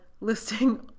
listing